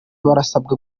barasabwa